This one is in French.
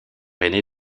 aînée